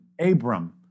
Abram